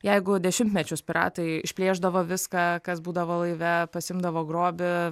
jeigu dešimtmečius piratai išplėšdavo viską kas būdavo laive pasiimdavo grobį